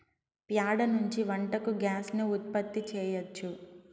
ప్యాడ నుంచి వంటకు గ్యాస్ ను ఉత్పత్తి చేయచ్చు